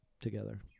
together